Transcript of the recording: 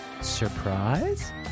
surprise